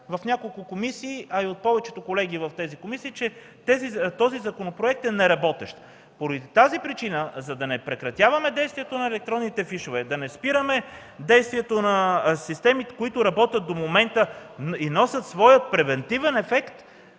в няколко комисии от повечето колеги в тези комисии, че този законопроект е неработещ. Поради тази причина, за да не прекратяваме действието на електронните фишове, да не спираме действието на системите, които работят до момента и носят своя превантивен ефект,